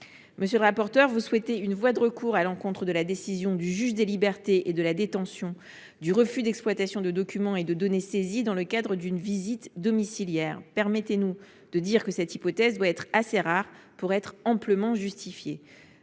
Monsieur le rapporteur, vous souhaitez une voie de recours contre la décision du juge des libertés et de la détention du refus d’exploitation de documents et de données saisis dans le cadre d’une visite domiciliaire. Permettez nous de dire que cette hypothèse est suffisamment rare pour devoir être amplement justifiée